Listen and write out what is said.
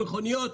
מכוניות,